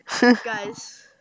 guys